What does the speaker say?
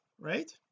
right